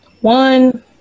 One